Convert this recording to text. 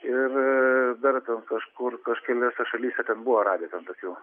ir dar ten kažkur kažkeliuose šalyse buvo radę tokių